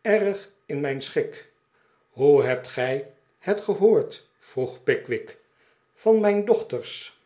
erg in mijn schik r hoe hebt gij het gehoord vroeg pickwick van mijn dochters